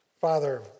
Father